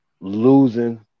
losing